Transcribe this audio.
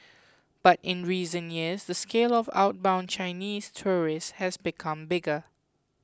but in recent years the scale of outbound Chinese tourists has become bigger